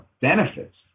benefits